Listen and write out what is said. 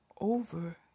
over